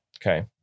okay